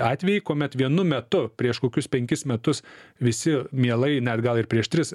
atvejį kuomet vienu metu prieš kokius penkis metus visi mielai net gal ir prieš tris